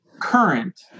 current